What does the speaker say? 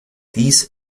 dies